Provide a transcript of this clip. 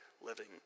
living